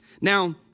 Now